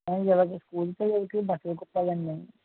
ఇలాగా స్కూల్ పిల్లలకి బట్టలు కుట్టాలి అండి